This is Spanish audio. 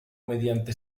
mediante